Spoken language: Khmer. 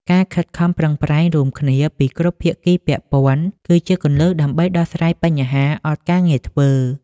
ការខិតខំប្រឹងប្រែងរួមគ្នាពីគ្រប់ភាគីពាក់ព័ន្ធគឺជាគន្លឹះដើម្បីដោះស្រាយបញ្ហាអត់ការងារធ្វើ។